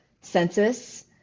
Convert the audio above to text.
census